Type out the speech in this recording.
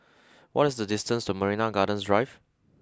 what is the distance to Marina Gardens Drive